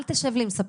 אל תשב לי עם ספקים.